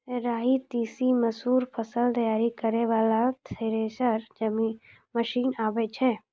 राई तीसी मसूर फसल तैयारी करै वाला थेसर मसीन आबै छै?